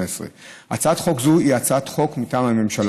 2018. הצעת חוק זו היא הצעת חוק מטעם הממשלה.